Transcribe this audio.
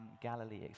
Galilee